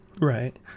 Right